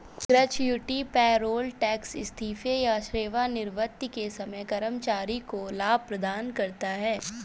gratuity payroll tax इस्तीफे या सेवानिवृत्ति के समय कर्मचारी को लाभ प्रदान करता है